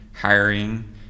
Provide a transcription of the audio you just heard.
hiring